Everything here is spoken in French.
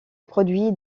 produits